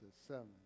seven